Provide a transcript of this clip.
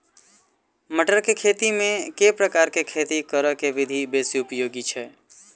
मटर केँ खेती मे केँ प्रकार केँ खेती करऽ केँ विधि बेसी उपयोगी छै?